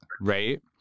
right